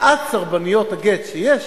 מעט סרבנויות הגט שיש,